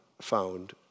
found